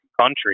country